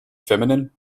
feminine